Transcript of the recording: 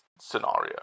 scenario